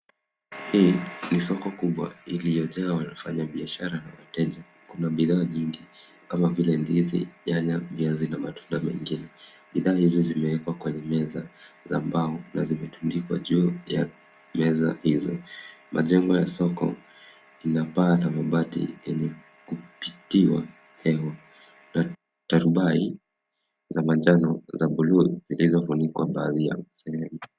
Hii ni soko kubwa iliyojaa wafanyibiashara na wateja. Kuna bidhaa nyingi, kama vile, ndizi, nyanya, viazi, na matunda mengine. Bidhaa hizi zimeekwa kwenye meza za mbao na zimetundikwa juu ya meza hizo. Majengo ya soko ina paa la mabati yenye ukuti wa hewa, na tarubai za manjano za blue , zinaweza funika baadhi ya sehemu.